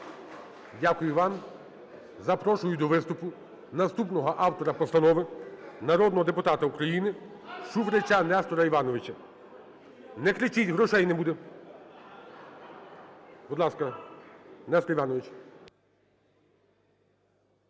Дякую вам. Запрошую до виступу наступного автора постанови народного депутата України Шуфрича Нестора Івановича. (Шум у залі) Не кричить – грошей не буде. Будь ласка, Нестор Іванович.